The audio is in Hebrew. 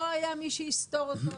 לא היה מי שיסתור אותו,